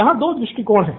यहाँ दो दृष्टिकोण हैं